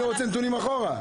אני רוצה נתונים אחורה.